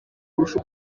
kurusha